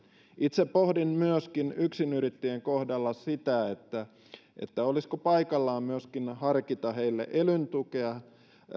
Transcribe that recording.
itse pohdin yksinyrittäjien kohdalla myöskin sitä olisiko paikallaan myöskin harkita heille elyn tukea